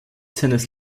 seines